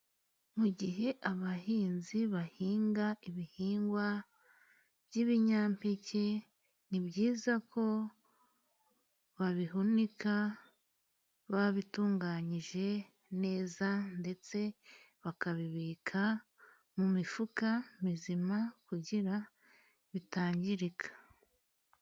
Abahinzi bahinga ibihingwa by'ibinyampeke ni byiza ko babihunika babitunganyije neza, ndetse bakabibika mu mifuka mizima kugira ngo bitangirika.